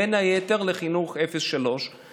ובין היתר לחינוך בגילאי אפס עד שלוש.